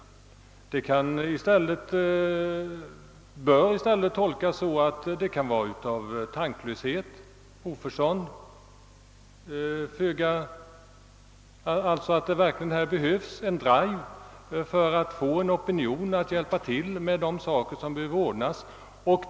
Skrivningen skall i stället tolkas så att det behövs en kampanj för att få en opinion för hjälp med de saker som behöver ordnas.